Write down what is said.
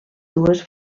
dues